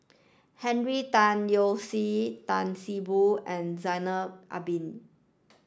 Henry Tan Yoke See Tan See Boo and Zainal Abidin